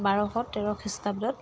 বাৰশ তেৰ খ্ৰীষ্টাব্দত